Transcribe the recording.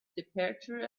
departure